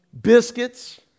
Biscuits